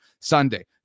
Sunday